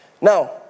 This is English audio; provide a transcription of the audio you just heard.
Now